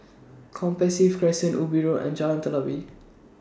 Compassvale Crescent Ubi Road and Jalan Telawi